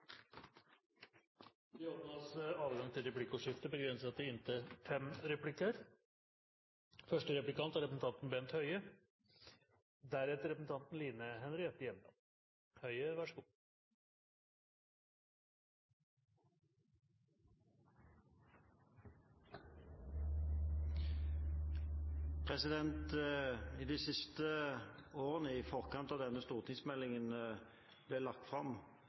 Det åpnes for replikkordskifte. De siste årene i forkant av at denne stortingsmeldingen ble lagt fram,